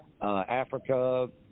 Africa